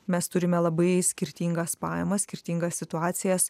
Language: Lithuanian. mes turime labai skirtingas pajamas skirtingas situacijas